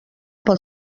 pel